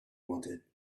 wanted